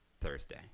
thursday